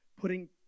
putting